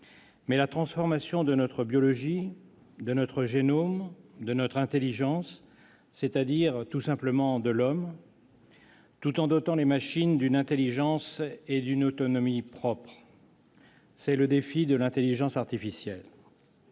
mais la transformation de notre biologie, de notre génome et de notre intelligence, c'est-à-dire tout simplement de l'homme, tout en dotant les machines d'une intelligence et d'une autonomie propres. C'est le défi de l'intelligence artificielle.